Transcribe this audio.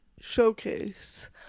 Showcase